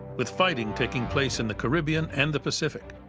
with fighting taking place in the caribbean and the pacific.